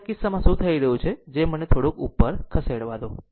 તેથી આ કિસ્સામાં શું થઈ રહ્યું છે જે મને થોડુંક ઉપર ખસેડવા દો